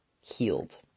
healed